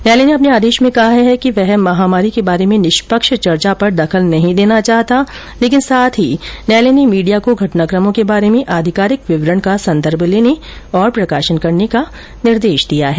न्यायालय ने अपने आदेश में कहा है कि वह महामारी के बारे में निष्पक्ष चर्चा पर दखल नहीं देना चाहता लेकिन साथ ही न्यायालय ने मीडिया को घटनाक्रमों के बारे में आधिकारिक विवरण का संदर्भ लेने और प्रकाशन करने का निर्देश दिया है